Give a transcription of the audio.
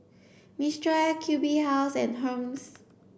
Mistral Q B House and Hermes